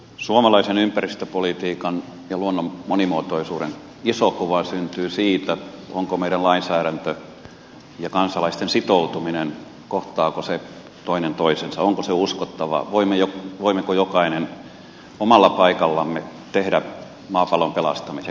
suomalaisen ympäristöpolitiikan ja luonnon monimuotoisuuden iso kuva syntyy siitä kohtaavatko lainsäädäntö ja kansalaisten sitoutuminen toinen toisensa onko se uskottavaa voimmeko jokainen omalla paikallamme tehdä maapallon pelastamiseksi jotain